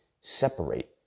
separate